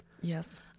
Yes